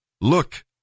Look